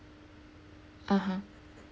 (uh huh)